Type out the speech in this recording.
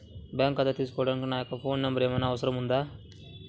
Bank ఖాతా తీసుకోవడానికి నా యొక్క ఫోన్ నెంబర్ ఏమైనా అవసరం అవుతుందా?